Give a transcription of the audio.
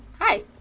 Hi